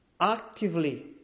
Actively